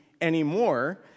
anymore